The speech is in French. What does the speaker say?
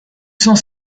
cent